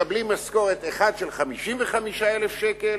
מקבלים משכורת, אחד של 55,000 שקל